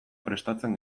prestatzen